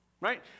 right